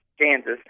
Kansas